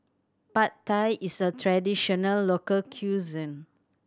Pad Thai is a traditional local cuisine